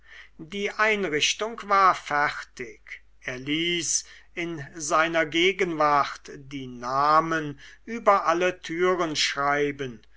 die einrichtung war fertig er ließ in seiner gegenwart die namen über alle türen schreiben